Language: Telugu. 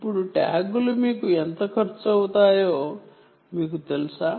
ఇప్పుడు ట్యాగ్లు ఎంత ఖర్చు అవుతాయో మీకు తెలుసా